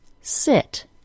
sit